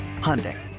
Hyundai